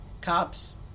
cops